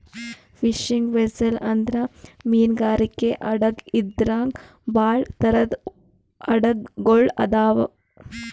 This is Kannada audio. ಫಿಶಿಂಗ್ ವೆಸ್ಸೆಲ್ ಅಂದ್ರ ಮೀನ್ಗಾರಿಕೆ ಹಡಗ್ ಇದ್ರಾಗ್ ಭಾಳ್ ಥರದ್ ಹಡಗ್ ಗೊಳ್ ಅದಾವ್